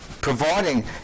providing